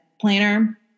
planner